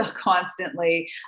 constantly